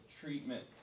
treatment